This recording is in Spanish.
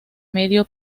medio